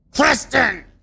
Kristen